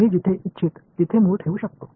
मी जिथे इच्छित तेथे मूळ ठेवू शकतो